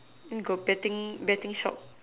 got betting betting shop